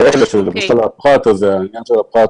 כמו העניין של הפחת.